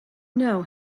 know